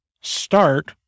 start